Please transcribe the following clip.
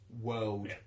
world